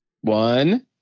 one